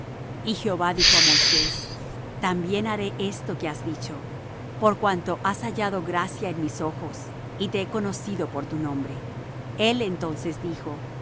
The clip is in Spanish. y jehová dijo á moisés también haré esto que has dicho por cuanto has hallado gracia en mis ojos y te he conocido por tu nombre el entonces dijo